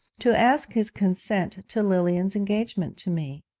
to ask his consent to lilian's engagement to me.